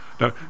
Now